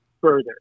further